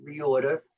reorder